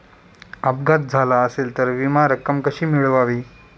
अपघात झाला असेल तर विमा रक्कम कशी मिळवावी?